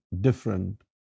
different